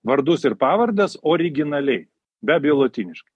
vardus ir pavardes originaliai be abejo lotyniškai